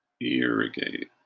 Irrigate